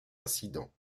incident